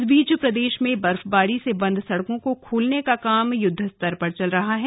इस बीच प्रदेश में बर्फबारी से बंद सड़कों को खोलने का काम युद्दस्तर पर चल रहा है